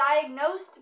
diagnosed